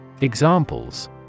Examples